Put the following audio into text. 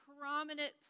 prominent